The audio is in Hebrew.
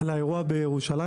על האירוע הזה בירושלים?